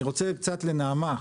אני רוצה קצת לנעמה,